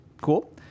Cool